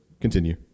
continue